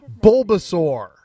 Bulbasaur